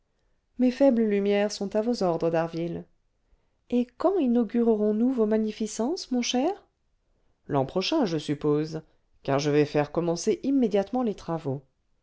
mes faibles lumières sont à vos ordres d'harville et quand inaugurerons nous vos magnificences mon cher l'an prochain je suppose car je vais faire commencer immédiatement les travaux